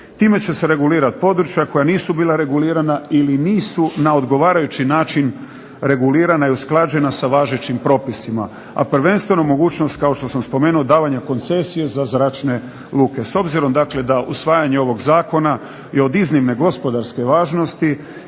Time će se regulirati područja koja nisu bila regulirana ili nisu na odgovarajući način regulirana i usklađena sa važećim propisima, a prvenstveno mogućnost kao što sam spomenuo davanje koncesije za zračne luke. S obzirom da usvajanje ovog zakona je od iznimne gospodarske važnosti